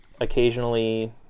occasionally